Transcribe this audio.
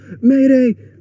Mayday